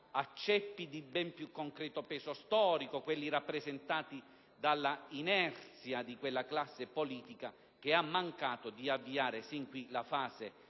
a ceppi di ben più concreto peso storico, quelli rappresentati dall'inerzia di quella classe politica che ha mancato di avviare sin qui la fase